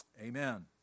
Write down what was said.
Amen